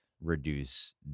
reduce